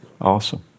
awesome